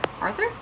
Arthur